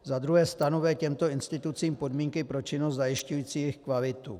Za druhé stanovuje těmto institucím podmínky pro činnost zajišťující jejich kvalitu.